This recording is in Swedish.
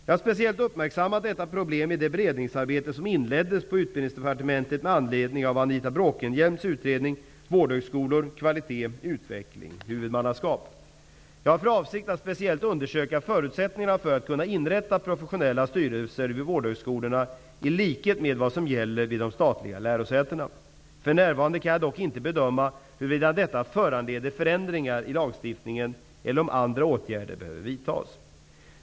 Jag har speciellt uppmärksammat detta problem i det beredningsarbete som inleddes på Jag har för avsikt att speciellt undersöka förutsättningarna för att kunna inrätta professionella styrelser vid vårdhögskolorna i likhet med vad som gäller vid de statliga lärosätena. För närvarande kan jag dock inte bedöma huruvida detta föranleder förändringar i lagstiftningen eller om andra åtgärder behöver vidtas.